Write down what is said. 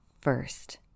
first